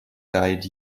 died